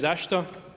Zašto?